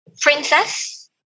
Princess